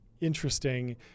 interesting